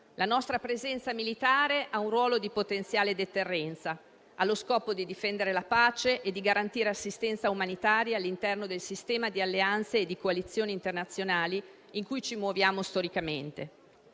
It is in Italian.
la nostra presenza militare ha un ruolo di potenziale deterrenza, allo scopo di difendere la pace e di garantire assistenza umanitaria all'interno del sistema di alleanze e di coalizioni internazionali in cui ci muoviamo storicamente;